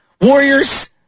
Warriors